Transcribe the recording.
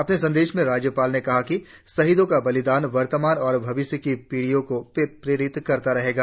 अपने संदेश में राज्यपाल ने कहा कि शहीदों का बलिदान वर्तमान और भविष्य की पीड़ियों को प्रेरित करता रहेगा